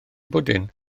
bwdin